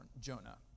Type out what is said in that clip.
Jonah